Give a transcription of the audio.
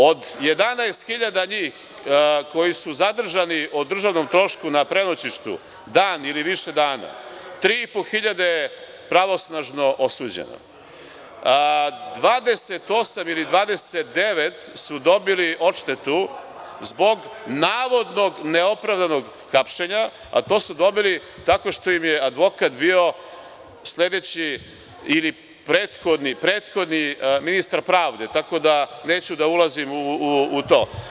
Od 11 hiljada njih koji su zadržani o državnom trošku na prenoćištu, dan ili više dana, tri i po hiljada je pravosnažno osuđeno, a 28 ili 29 su dobili odštetu zbog navodno neopravdanog hapšenja, a to su dobili tako što im je advokat bio sledeći ili prethodni ministar pravde, tako da neću da ulazim u to.